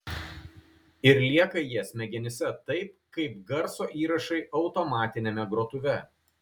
ir lieka jie smegenyse taip kaip garso įrašai automatiniame grotuve